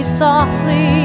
softly